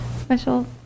special